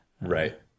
Right